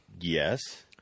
yes